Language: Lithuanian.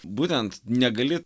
būtent negali